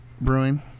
Brewing